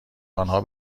آنها